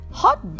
hot